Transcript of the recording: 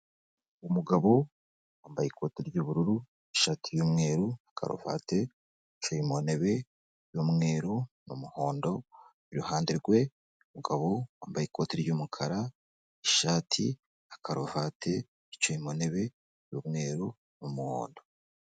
Umugabo wambaye ikoti ry'ubururu, ishati y'umweru, karuvati, yicaye mu ntebe y'umweru n'umuhondo iruhande rwe umugabo wambaye ikoti ry'umukara, ishati, na karuvati, yicaye mu ntebe y'umweru n'umuhondo.